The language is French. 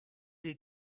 est